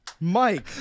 Mike